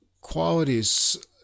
qualities